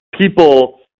people